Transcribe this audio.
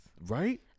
Right